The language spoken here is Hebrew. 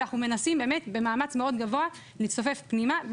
ואנחנו מנסים באמת במאמץ מאוד גבוה להצטופף פנימה,